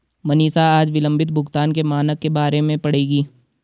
मनीषा आज विलंबित भुगतान के मानक के बारे में पढ़ेगी